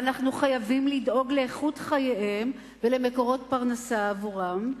ואנו חייבים לדאוג לאיכות חייהם ולמקורות פרנסה עבורם.